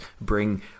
bring